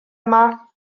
yma